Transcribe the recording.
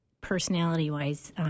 Personality-wise